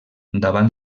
davant